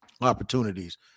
opportunities